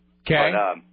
Okay